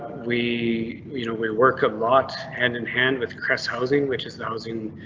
we you know we work a lot hand in hand with crest housing, which is the housing